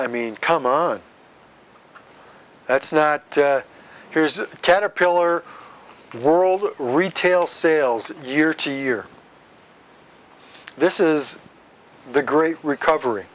i mean come on that's not here's caterpillar world retail sales year to year this is the great recovery